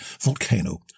volcano